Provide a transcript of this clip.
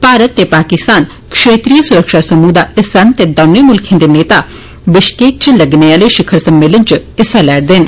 भारत ते पाकिस्तान क्षेत्रिए सुरक्षा समुह दा हिस्सा न ते दौने मुल्खें दे नेता विश्केक इच लगने आले शिवर सम्मेलन इच हिस्सा लै करदे न